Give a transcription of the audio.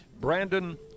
Brandon